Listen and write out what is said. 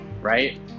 right